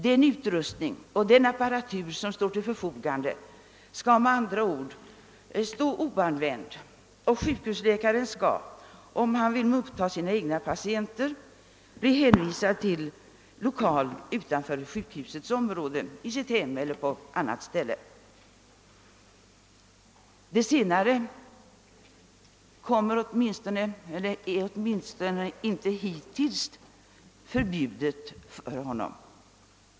Den utrustning och den apparatur som står till förfogande skall med andra ord stå oanvänd och sjukhusläkaren skall — om han vill mottaga sina egna patienter — bli hänvisad till lokal utanför sjukhusets område, i sitt hem eller på annat ställe. Det senare är åtminstone hittills inte förbjudet för honom.